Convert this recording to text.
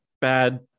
bad